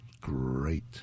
Great